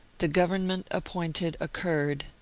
the government appointed a kurd,